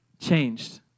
changed